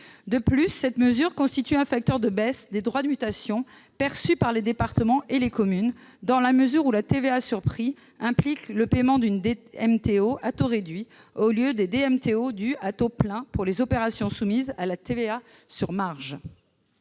De plus, cette mesure constitue un facteur de baisse des droits de mutation perçus par les départements et les communes, dans la mesure où la TVA sur prix implique le paiement de droits de mutation à titre onéreux (DMTO) à taux réduit, au lieu des DMTO dus à taux plein pour les opérations soumises à la TVA sur marge.